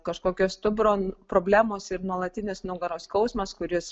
kažkokia stuburo problemos ir nuolatinis nugaros skausmas kuris